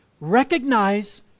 Recognize